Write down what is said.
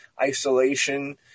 isolation